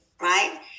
right